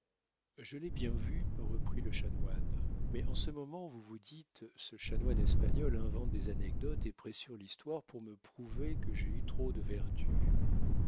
je l'ai bien vu reprit le chanoine mais en ce moment vous vous dites ce chanoine espagnol invente des anecdotes et pressure l'histoire pour me prouver que j'ai eu trop de vertu